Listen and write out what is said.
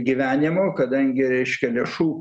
gyvenimu kadangi reiškia lėšų